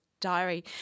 Diary